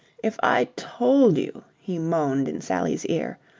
if i told you, he moaned in sally's ear,